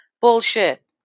Bullshit